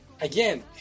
Again